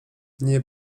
nie